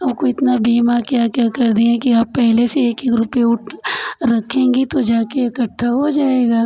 आपको इतना बीमा क्या क्या कर दिए हैं कि आप पहले से एक एक रुपए उठ रखेंगी तो जाके इकट्ठा हो जाएगा